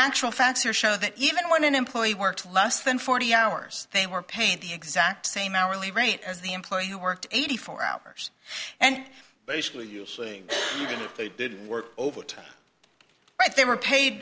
actual facts are show that even when an employee worked less than forty hours they were paid the exact same hourly rate as the employee who worked eighty four hours and basically you're saying they didn't work overtime but they were paid